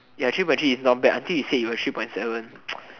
ya actually point three is not bad until you say you got three point seven